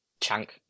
chunk